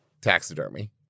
Taxidermy